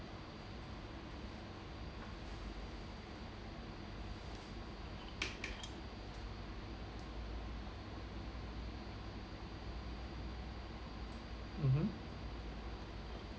mmhmm